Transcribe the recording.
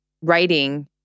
writing